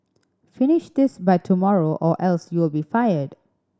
finish this by tomorrow or else you'll be fired